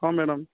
ହଁ ମ୍ୟାଡ଼ାମ୍